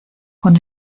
con